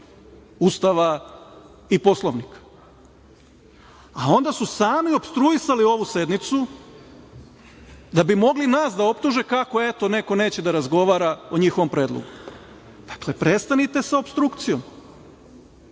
Ustava i Poslovnika, a onda su sami opstruisali ovu sednicu da bi mogli nas da optuže kako eto neko neće da razgovara o njihovom predlogu. Dakle, prestanite sa opstrukcijom,